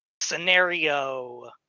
scenario